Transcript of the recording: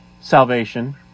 salvation